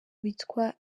witwa